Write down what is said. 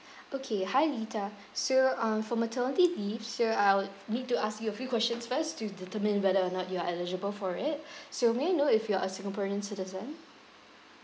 okay hi litha so uh for maternity leaves so I would need to ask you a few questions first to determine whether or not you are eligible for it so may I know if you're a singaporean citizen